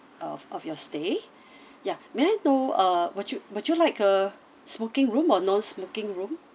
of of your stay ya may I know uh would you would you like a smoking room or non-smoking room